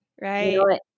right